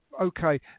okay